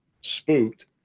spooked